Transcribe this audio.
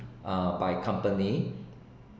uh by company